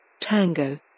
Tango